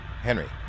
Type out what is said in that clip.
Henry